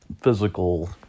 physical